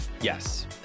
Yes